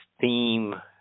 theme